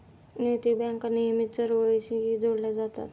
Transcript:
नैतिक बँका नेहमीच चळवळींशीही जोडल्या जातात